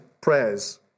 prayers